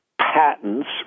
patents